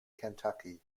kentucky